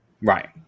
Right